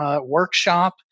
workshop